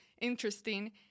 interesting